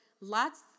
lots